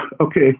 okay